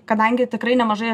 kadangi tikrai nemažai